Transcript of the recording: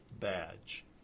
badge